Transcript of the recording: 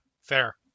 fair